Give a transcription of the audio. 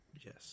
Yes